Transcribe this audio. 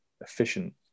efficient